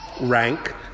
rank